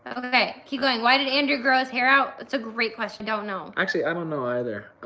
okay, keep going. why did andrew grow his hair out? that's a great question, don't know. actually, i don't know either.